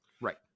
Right